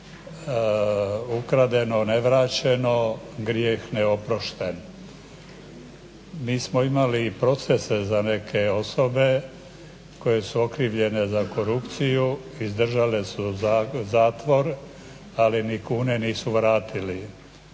"ukradeno nevraćeno, grijeh neoprošten". Mi smo imali procese za neke osobe koje su okrivljene za korupciju, izdržale su zatvor, ali ni kune nisu vratili.